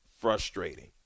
frustrating